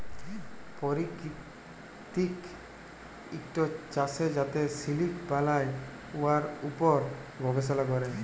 পাকিতিক ইকট চাষ যাতে সিলিক বালাই, উয়ার উপর গবেষলা ক্যরে